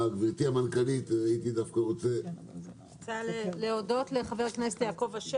בקשר לתחבורה הציבורית